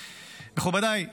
מכובדיי,